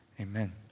Amen